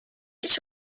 its